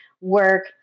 work